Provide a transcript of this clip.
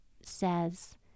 says